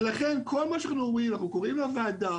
לכן כל מה שאנחנו אומרים, אנחנו קוראים לוועדה,